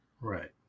right